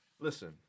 Listen